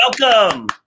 Welcome